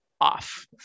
off